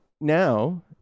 now